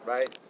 Right